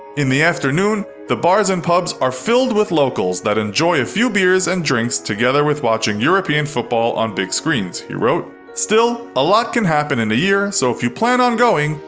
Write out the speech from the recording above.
in the afternoon, the bars and pubs are filled with locals that enjoy a few beers and drinks together with watching european football on big screens, he wrote. still, a lot can happen in a year, so if you plan on going,